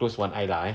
close one eye lah eh